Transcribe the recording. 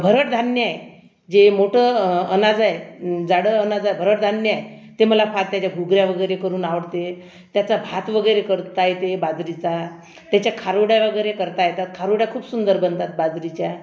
भरड धान्य आहे हे जे मोठं अनाज आहे जाडं अनाज भरड धान्ये आहे ते मला फार त्याच्या घुगऱ्या वगैरे करून आवडते त्याचा भात वगैरे करता येते बाजरीचा त्याचे खारूड्या वगैरे करता येतात खारूड्या खूप सुंदर बनतात बाजरीच्या